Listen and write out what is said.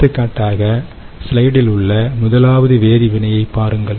எடுத்துக்காட்டாக ஸ்லைடில் உள்ள முதலாவது வேதிவினையைப் பாருங்கள்